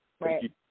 Right